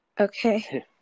okay